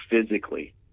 physically